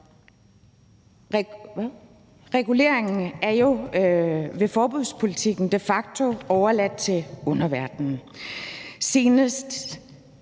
Reguleringen er jo ved forbudspolitikken de facto overladt til underverdenen.